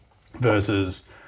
versus